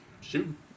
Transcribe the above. Shoot